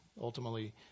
Ultimately